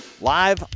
live